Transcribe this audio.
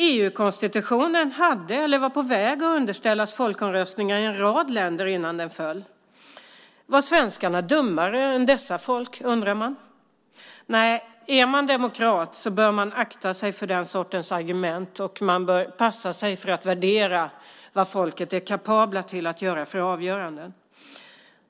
EU-konstitutionen var på väg att underställas folkomröstningar i en rad länder innan den föll. Är svenskarna dummare än dessa folk? undrar man. Nej, är man demokrat bör man akta sig för den sortens argument, och man bör passa sig för att värdera vad folk är kapabla till att fatta för avgöranden.